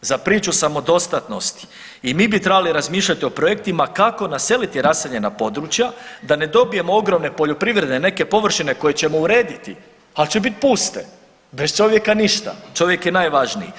za priču samodostatnosti i mi bi trebali razmišljati i projektima kako naseliti raseljena područja da ne dobijemo ogromne poljoprivredne neke površine koje ćemo urediti, ali će biti puste, bez čovjeka ništa, čovjek je najvažniji.